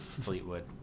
Fleetwood